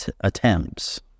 attempts